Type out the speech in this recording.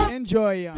Enjoy